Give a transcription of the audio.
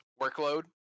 workload